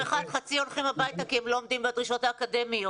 אחד חצי הולכים הביתה כי הם לא עומדים בדרישות האקדמיות.